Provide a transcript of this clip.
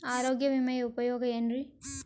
ಆರೋಗ್ಯ ವಿಮೆಯ ಉಪಯೋಗ ಏನ್ರೀ?